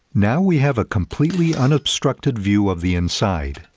now we have a completely unobstructed view of the inside.